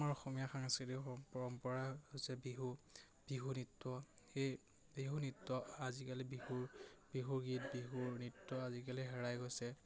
আমাৰ অসমীয়া সাংস্কৃতিক পৰম্পৰা হৈছে বিহু বিহু নৃত্য সেই বিহু নৃত্য আজিকালি বিহুৰ বিহু গীত বিহুৰ নৃত্য আজিকালি হেৰাই গৈছে